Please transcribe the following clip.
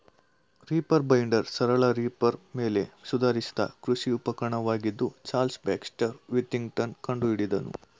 reaper binder ಸರಳ reaper ಮೇಲೆ ಸುಧಾರಿಸಿದ ಕೃಷಿ ಉಪಕರಣವಾಗಿದ್ದು ಚಾರ್ಲ್ಸ್ ಬ್ಯಾಕ್ಸ್ಟರ್ ವಿಥಿಂಗ್ಟನ್ ಕಂಡುಹಿಡಿದನು